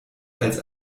als